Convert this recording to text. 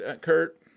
Kurt